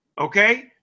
okay